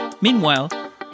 Meanwhile